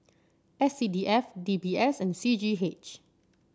S C D F D B S and C G H